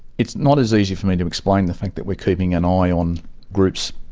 it's not as easy for me to explain the fact that we're keeping an eye on groups